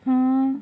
mm